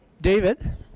David